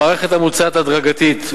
המערכת המוצעת הדרגתית,